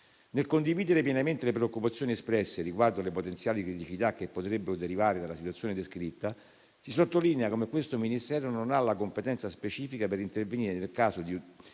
Nel condividere pienamente le preoccupazioni espresse riguardo le potenziali criticità che potrebbero derivare dalla situazione descritta, si sottolinea come il Ministero non abbia la competenza specifica per intervenire nel caso di